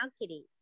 Kitty